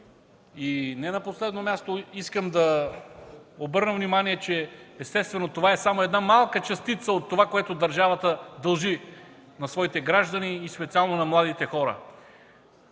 И не на последно място искам да обърна внимание, че, естествено, това е само една малка частица от това, което държавата дължи на своите граждани и специално на младите хора,